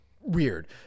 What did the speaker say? weird